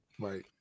Right